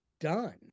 done